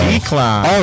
Decline